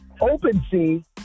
OpenSea